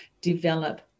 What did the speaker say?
develop